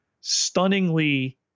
stunningly